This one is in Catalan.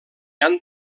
han